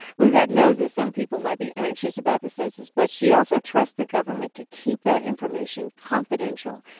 lizette knows that some people might be anxious about the census. but she also trusts the government to keep that information confidential.